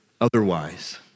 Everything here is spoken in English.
otherwise